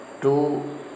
two